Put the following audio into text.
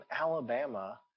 Alabama